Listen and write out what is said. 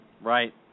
Right